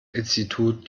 institut